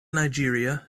nigeria